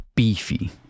Beefy